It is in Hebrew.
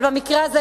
אבל במקרה הזה,